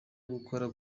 gukora